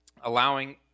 allowing